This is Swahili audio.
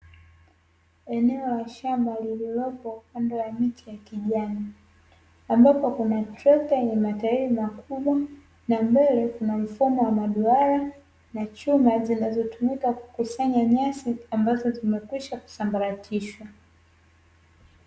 Eneo la shamba lililopo pande wa miti ya kijani ambapo kuna trekta yenye matairi makubwa, na mbele kuna mfumo wa maduara na chuma zinazotumika kukusanya nyasi, ambazo zimekwisha kusambaratishwa.